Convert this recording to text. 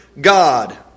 God